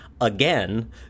again